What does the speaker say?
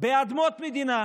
באדמות מדינה,